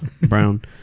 Brown